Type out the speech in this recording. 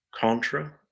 Contra